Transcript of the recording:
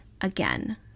again